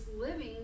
living